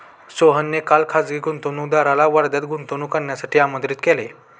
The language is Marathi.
सोहनने काल खासगी गुंतवणूकदाराला वर्ध्यात गुंतवणूक करण्यासाठी आमंत्रित केले